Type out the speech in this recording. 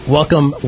Welcome